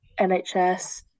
NHS